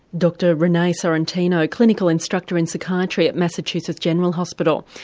dr renee sorrentino, clinical instructor in psychiatry at massachusetts general hospital.